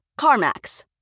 CarMax